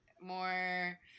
more